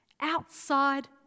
Outside